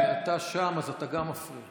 כי כשאתה שם, אז גם אתה מפריע.